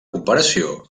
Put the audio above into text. comparació